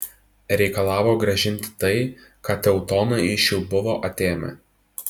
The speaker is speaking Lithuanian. reikalavo grąžinti tai ką teutonai iš jų buvo atėmę